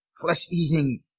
flesh-eating